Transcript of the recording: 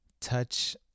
touch